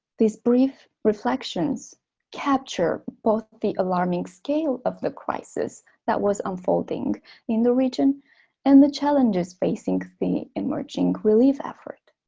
these brief reflections capture both the alarming scale of the crisis that was unfolding in the region and the challenges facing the emerging relief effort